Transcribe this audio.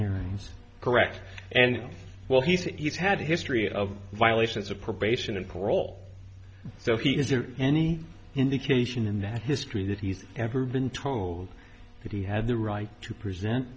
hearings correct and well he says he's had a history of violations of probation and parole so he is there any indication in that history that he's ever been told that he had the right to present